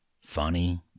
funny